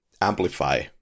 amplify